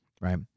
Right